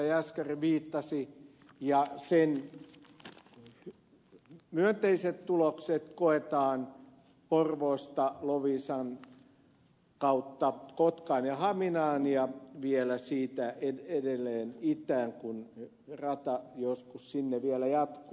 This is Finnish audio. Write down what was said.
jaskari viittasi ja sen myönteiset tulokset koetaan porvoosta loviisan kautta kotkaan ja haminaan ja vielä siitä edelleen itään kun rata joskus sinne vielä jatkuu